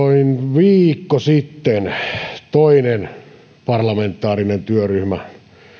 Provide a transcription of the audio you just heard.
viikko sitten toinen parlamentaarinen työryhmä